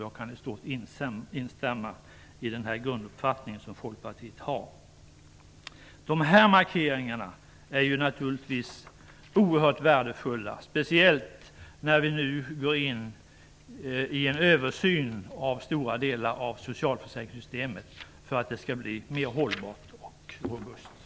Jag kan i stort sett instämma i den grunduppfattning som Folkpartiet har. Dessa markeringar är naturligtvis oerhört värdefulla, speciellt nu när vi gör en översyn av stora delar av socialförsäkringssystemet för att det skall bli mer hållbart och robust.